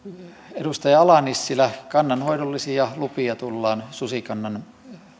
edustaja ala nissilä kannanhoidollisia lupia tullaan susikannan